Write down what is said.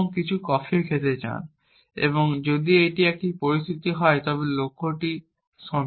এবং কিছু কফি খেতে চান এবং যদি এটি একটি পরিস্থিতি হয় তবে লক্ষ্যটি সন্তুষ্ট